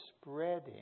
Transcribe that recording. spreading